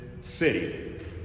city